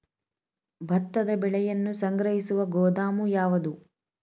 ಭತ್ತದ ಬೆಳೆಯನ್ನು ಸಂಗ್ರಹಿಸುವ ಗೋದಾಮು ಯಾವದು?